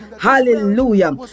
Hallelujah